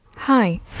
Hi